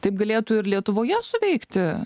taip galėtų ir lietuvoje suveikti